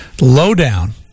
lowdown